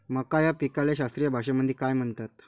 मका या पिकाले शास्त्रीय भाषेमंदी काय म्हणतात?